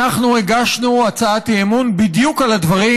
אנחנו הגשנו הצעת אי-אמון בדיוק על הדברים